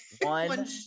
one